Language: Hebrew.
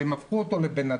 והם הפכו אותו לבן אדם,